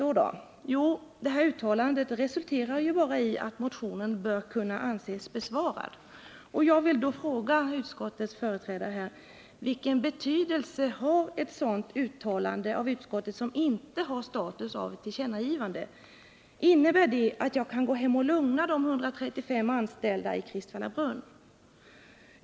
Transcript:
Jo, utskottets uttalande resulterar bara i konstaterandet att motionen därmed bör kunna anses besvarad. Jag vill då fråga utskottets företrädare: Vilken betydelse har ett uttalande av utskottet som inte har status av ett tillkännagivande? Innebär det att jag kan lugna de 135 anställda i Kristvallabrunn?